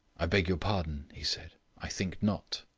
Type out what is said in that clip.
i beg your pardon, he said, i think not.